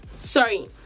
sorry